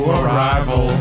arrival